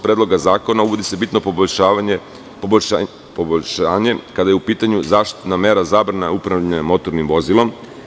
Predloga zakona, uvodi se bitno poboljšanje kada je u pitanju zaštitna mera zabrane upravljanja motornim vozilom.